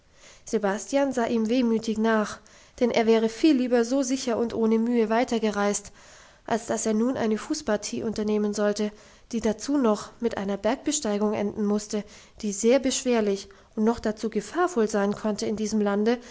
sebastian sah ihm wehmütig nach denn er wäre viel lieber so sicher und ohne mühe weitergereist als dass er nun eine fußpartie unternehmen sollte die dazu noch mit einer bergbesteigung enden musste die sehr beschwerlich und dazu gefahrvoll sein konnte in diesem lande